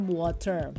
water